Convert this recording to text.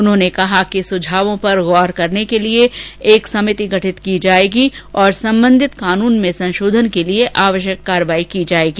उन्होंने कहा कि सुझावों पर गौर करने के लिए एक समिति गठित की जायेगी और संबंधित कानून में संशोधन के लिए आवश्यक कार्रवाई की जायेगी